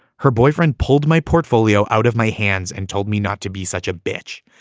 her boyfriend pulled my portfolio out of my hands and told me not to be such a bitch.